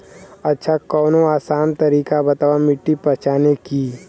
अच्छा कवनो आसान तरीका बतावा मिट्टी पहचाने की?